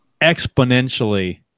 exponentially